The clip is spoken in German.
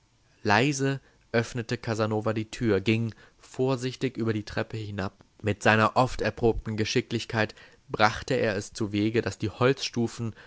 leise öffnete casanova die tür ging vorsichtig über die treppe hinab mit seiner oft erprobten geschicklichkeit brachte er es zuwege daß die holzstufen